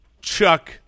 Chuck